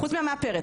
חוץ מהמאפרת.